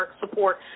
support